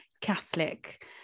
Catholic